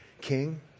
king